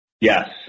Yes